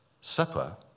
Supper